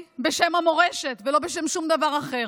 בשם המורשת ולא בשם שום דבר אחר.